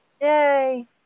Yay